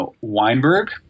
Weinberg